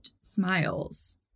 smiles